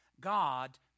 God